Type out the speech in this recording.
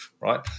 right